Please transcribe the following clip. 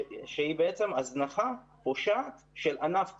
שהיא הזנחה פושעת של ענף ציבורי,